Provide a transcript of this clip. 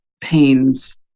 pains